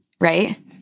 right